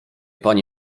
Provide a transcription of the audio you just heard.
pani